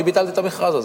אני ביטלתי את המכרז הזה,